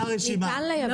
מה הרשימה?